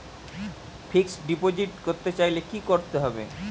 Fixed deposit করতে চাইলে কি করতে হবে?